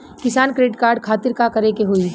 किसान credit card खातिर का करे के होई?